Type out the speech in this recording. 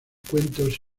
cuentos